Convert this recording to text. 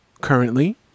currently